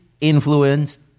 influenced